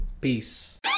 Peace